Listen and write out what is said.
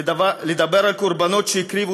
לדבר על הקורבנות שהקריבו